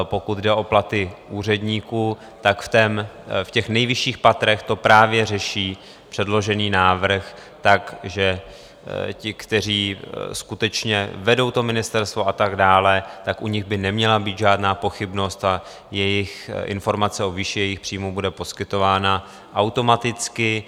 Pokud jde o platy úředníků, v těch nejvyšších patrech to právě řeší předložený návrh tak, že ti, kteří skutečně vedou ministerstvo, a tak dále, tak u nich by neměla být žádná pochybnost a informace o výši jejich příjmů bude poskytována automaticky.